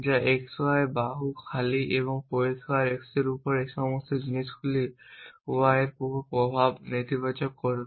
যা x y বাহু খালি এবং পরিষ্কার x এর উপর এই সমস্ত জিনিসগুলি y এবং প্রভাব নেতিবাচক করবে